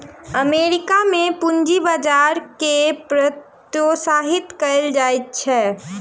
America में पूंजी बजार के प्रोत्साहित कयल जाइत अछि